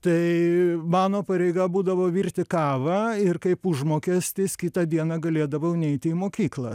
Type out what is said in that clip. tai mano pareiga būdavo virti kavą ir kaip užmokestis kitą dieną galėdavau neiti į mokyklą